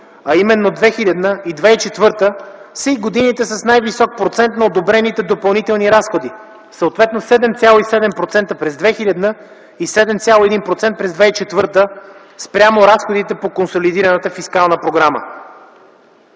а именно 2000 г. и 2004 г., са и годините с най-висок процент на одобрените допълнителни разходи, съответно 7,7% през 2000 г. и 7,1% през 2004 г., спрямо разходите по консолидираната фискална програма.